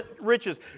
riches